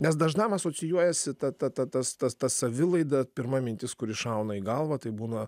nes dažnam asocijuojasi ta ta ta ta tas ta savilaida pirma mintis kuri šauna į galvą taip būna